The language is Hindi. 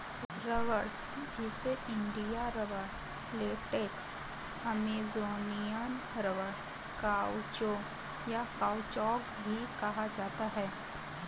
रबड़, जिसे India rubber, latex, Amazonian rubber, काउचो, या काउचौक भी कहा जाता है